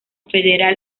federal